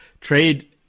trade